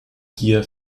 gier